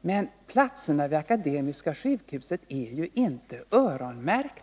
Men platserna vid Akademiska sjukhuset är ju inte öronmärkta!